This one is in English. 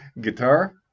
Guitar